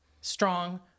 strong